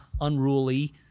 unruly